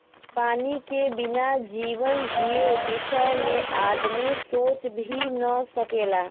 पानी के बिना जीवन जिए बिसय में आदमी सोच भी न सकेला